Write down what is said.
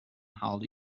haalde